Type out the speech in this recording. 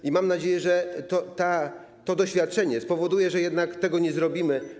I mam nadzieję, że to doświadczenie spowoduje, że jednak tego nie zrobimy.